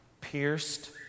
pierced